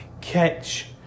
catch